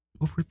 over